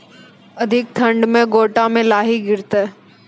अधिक ठंड मे गोटा मे लाही गिरते?